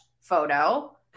photo